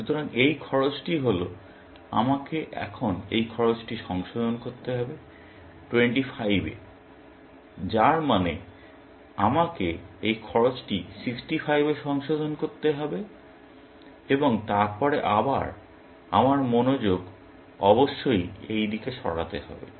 সুতরাং এই খরচটি হল আমাকে এখন এই খরচটি সংশোধন করতে হবে 25 এ যার মানে আমাকে এই খরচটি 65 এ সংশোধন করতে হবে এবং তারপরে আবার আমার মনোযোগ অবশ্যই এই দিকে সরাতে হবে